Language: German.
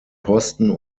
posten